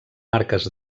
marques